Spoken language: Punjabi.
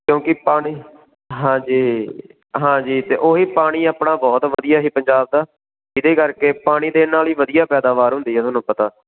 ਕਿਉਂਕਿ ਪਾਣੀ ਹਾਂਜੀ ਹਾਂਜੀ ਅਤੇ ਉਹੀ ਪਾਣੀ ਆਪਣਾ ਬਹੁਤ ਵਧੀਆ ਸੀ ਪੰਜਾਬ ਦਾ ਜਿਹਦੇ ਕਰਕੇ ਪਾਣੀ ਦੇ ਨਾਲ ਹੀ ਵਧੀਆ ਪੈਦਾਵਾਰ ਹੁੰਦੀ ਆ ਤੁਹਾਨੂੰ ਪਤਾ